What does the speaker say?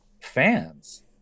fans